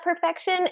perfection